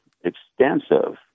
extensive